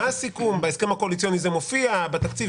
זה כן צבוע?